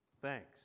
Thanks